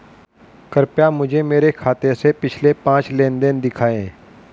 कृपया मुझे मेरे खाते से पिछले पांच लेनदेन दिखाएं